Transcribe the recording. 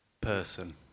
person